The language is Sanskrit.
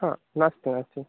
अ नास्ति नास्ति